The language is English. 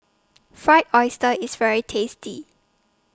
Fried Oyster IS very tasty